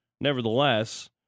nevertheless